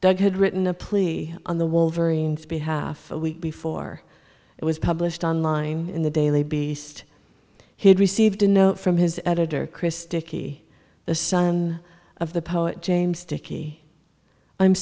doug had written a plea on the wolverines behalf week before it was published on line in the daily beast he had received a note from his editor chris dickey the son of the poet james dickey i'm